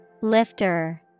Lifter